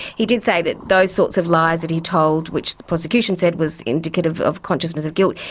he did say that those sorts of lies that he told, which the prosecution said was indicative of consciousness of guilt,